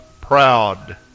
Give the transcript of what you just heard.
proud